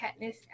Katniss